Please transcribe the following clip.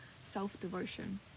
self-devotion